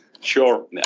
Sure